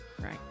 right